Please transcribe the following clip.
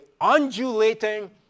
undulating